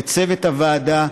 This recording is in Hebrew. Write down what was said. לצוות הוועדה,